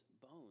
bones